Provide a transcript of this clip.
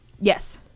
Yes